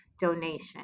donation